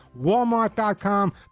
Walmart.com